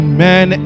Amen